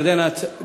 ירדנה,